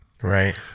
Right